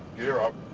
gear up.